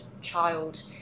child